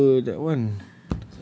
it's our that one